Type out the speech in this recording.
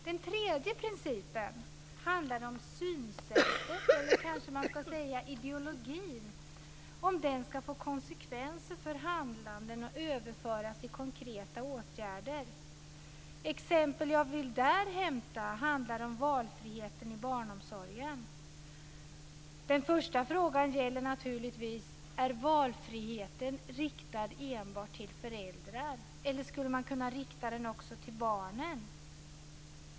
Den tredje principen handlar om att synsättet, eller man skall kanske säga ideologin, skall få konsekvenser för handlandet och överföras till konkreta åtgärder. De exempel jag vill hämta där handlar om valfriheten i barnomsorgen. Den första frågan är naturligtvis: Är valfriheten riktad enbart till föräldrar, eller skulle man kunna rikta den också till barnen?